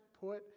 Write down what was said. put